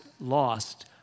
lost